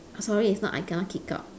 sorry it's not I kena kick out